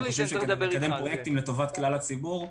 אנחנו חושבים שכדי לקדם פרויקטים לטובת כלל הציבור,